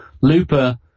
Looper